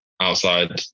outside